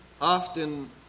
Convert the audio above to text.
often